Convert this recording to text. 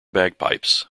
bagpipes